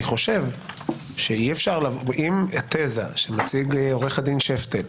אני חושב שאם התזה שמציג עורך הדין שפטל,